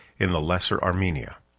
in the lesser armenia.